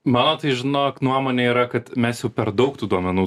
mano tai žinok nuomonė yra kad mes jau per daug tų duomenų